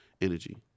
energy